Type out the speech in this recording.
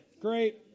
Great